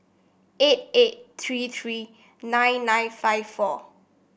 eight eight three three nine nine five four